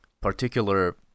particular